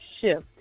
shift